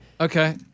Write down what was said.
Okay